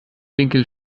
winkel